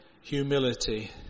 humility